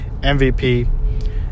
mvp